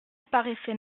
paraissait